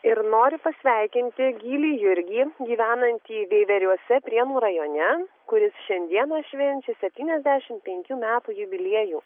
ir noriu pasveikinti gylį jurgį gyvenantį veiveriuose prienų rajone kuris šiandieną švenčia septyniasdešim penkių metų jubiliejų